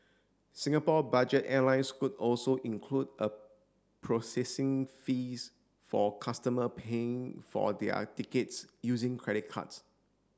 Singapore budget airline Scoot also include a processing fees for customer paying for their tickets using credit cards